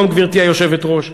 גברתי היושבת-ראש.